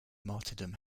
martyrdom